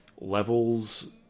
levels